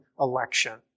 election